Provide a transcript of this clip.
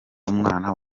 umwana